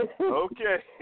Okay